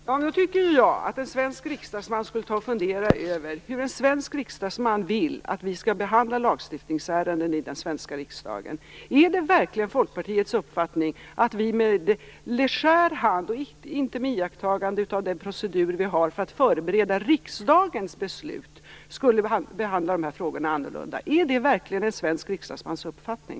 Fru talman! Jag tycker att en svensk riksdagsman skulle fundera över hur en svensk riksdagsman vill att vi skall behandla lagstiftningsärenden i den svenska riksdagen. Är det verkligen Folkpartiets uppfattning att vi skulle behandla de här frågorna med legär hand och inte iaktta den procedur vi har för att förbereda riksdagens beslut? Är det verkligen en svensk riksdagsmans uppfattning?